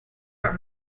are